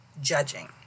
Judging